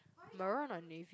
maroon or navy